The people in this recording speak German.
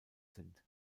sind